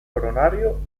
honorario